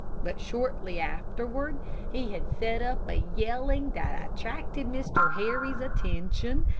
but shortly afterward he had set up a yelling that attracted mr. harry's attention,